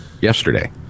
yesterday